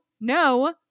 no